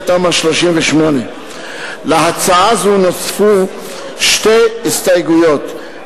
תמ"א 38. להצעה זו נוספו שתי הסתייגויות,